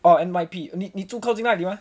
oh N_Y_P 你住靠近那里 mah